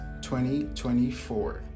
2024